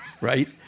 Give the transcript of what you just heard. right